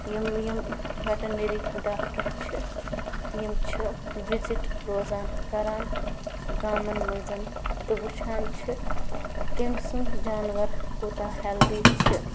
یِم یِم veterinary doctor چھِ یِم چھِ وِزِٹ روزان کران گامَن منٛز تہٕ وٕچھان چھِ کٔمۍ سُنٛد جانَوَر کوٗتاہ ہٮ۪لدی چھِ